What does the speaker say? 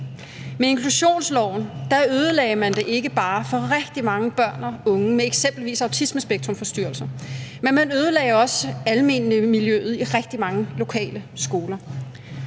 Med inklusionsloven ødelagde man det ikke bare for rigtig mange børn og unge med f.eks. autismespektrumforstyrrelser, man ødelagde også almenmiljøet i rigtig mange lokale skoler.